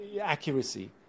accuracy